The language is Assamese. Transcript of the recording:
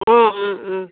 অ অ অ